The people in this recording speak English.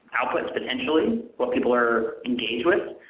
outputs potentially, what people are engaged with,